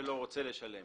החייב שלא רוצה לשלם